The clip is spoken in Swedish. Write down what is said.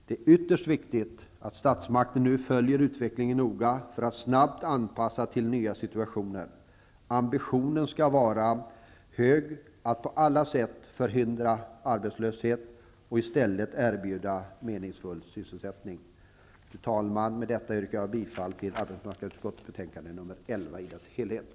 Det är ytterst viktigt att statsmakten nu följer utvecklingen noga för att snabbt anpassa sig till nya situationer. Ambitionen skall vara hög att på alla sätt förhindra arbetslöshet och i stället erbjuda meningsfull sysselsättning. Fru talman! Med detta yrkar jag bifall till utskottets hemställan i dess helhet i betänkandet nr 11.